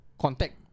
contact